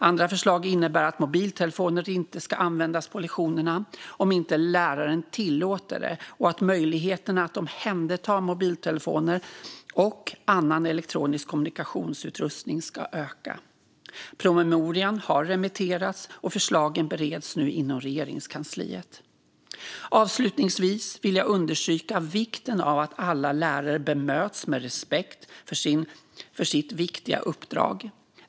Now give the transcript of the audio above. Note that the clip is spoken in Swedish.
Andra förslag innebär att mobiltelefoner inte ska användas på lektionerna om inte läraren tillåter det och att möjligheterna att omhänderta mobiltelefoner och annan elektronisk kommunikationsutrustning ska öka. Promemorian har remitterats, och förslagen bereds nu inom Regeringskansliet. Avslutningsvis vill jag understryka vikten av att alla lärare bemöts med respekt för sitt viktiga uppdrag.